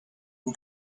who